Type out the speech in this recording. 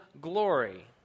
glory